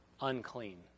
unclean